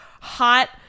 hot